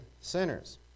sinners